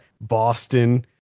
Boston